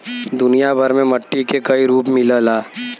दुनिया भर में मट्टी के कई रूप मिलला